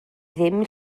ddim